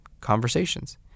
conversations